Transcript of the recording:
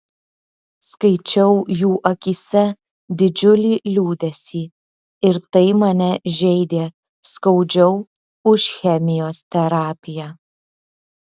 skaičiau jų akyse didžiulį liūdesį ir tai mane žeidė skaudžiau už chemijos terapiją